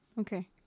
Okay